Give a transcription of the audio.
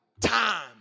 time